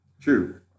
True